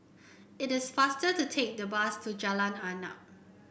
it is faster to take the bus to Jalan Arnap